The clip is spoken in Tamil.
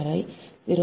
11 மீட்டர்